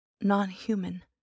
Non-human